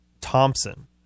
Thompson